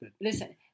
Listen